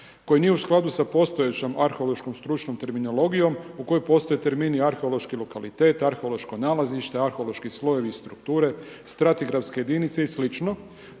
koji nije u skladu s postojećom arheološkom stručnom terminologijom u kojoj postoji termini arheološki lokalitet, arheološko nalazište, arheološki slojevi i strukture, stratigrafske jedinice i sl.